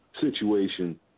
situation